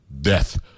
death